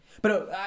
Pero